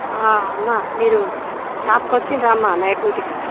అమ్మ మీరు షాప్కి వచ్చిండ్రామ్మ నైట్ డ్యూటీకి